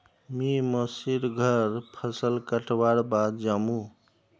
मी मोसी र घर फसल कटवार बाद जामु